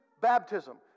baptism